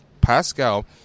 Pascal